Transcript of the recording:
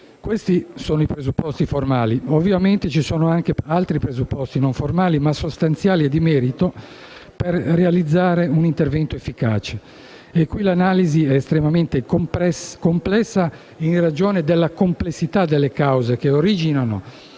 Questi sono i presupposti formali. Ovviamente ci sono anche presupposti non formali, ma sostanziali e di merito, per realizzare un intervento efficace: e qui l'analisi è estremamente complessa in ragione della complessità delle cause che originano